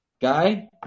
Guy